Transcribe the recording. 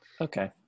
okay